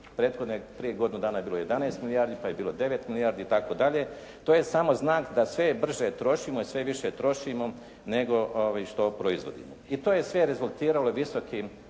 Prethodne, prije godinu dana je bilo 11 milijardi pa je bilo 9 milijardi i tako dalje. To je samo znak da sve brže trošimo i sve više trošimo nego što proizvodimo. I to je sve rezultiralo visokim